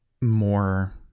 more